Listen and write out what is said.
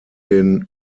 den